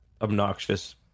obnoxious